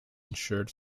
ensured